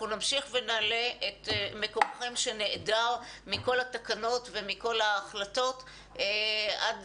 אנחנו נמשיך ונעלה את מקומכם שנעדר מכל התקנות ומכל החלטות עד